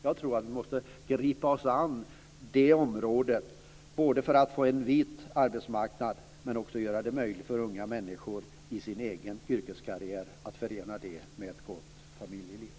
Jag tror att vi måste gripa oss an detta område både för att få en vit arbetsmarknad och för att göra det möjligt för unga människor att förena sin egen yrkeskarriär med ett gott familjeliv.